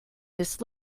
this